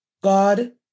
God